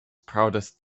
proudest